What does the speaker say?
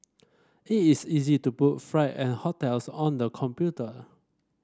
it is easy to book flight and hotels on the computer